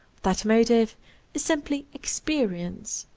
that motive is simply experience.